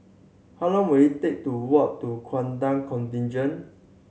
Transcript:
how long will it take to walk to Gurkha Contingent